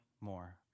more